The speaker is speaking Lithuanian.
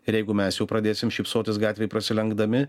ir jeigu mes jau pradėsim šypsotis gatvėj prasilenkdami